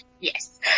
Yes